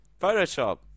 Photoshop